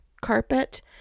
carpet